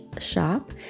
shop